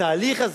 התהליך הזה,